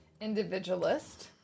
individualist